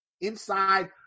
inside